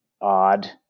odd